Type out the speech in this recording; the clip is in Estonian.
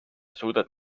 suudad